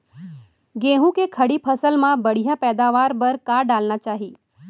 गेहूँ के खड़ी फसल मा बढ़िया पैदावार बर का डालना चाही?